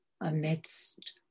amidst